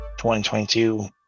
2022